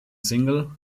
single